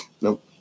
Nope